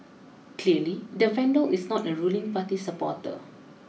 clearly the vandal is not a ruling party supporter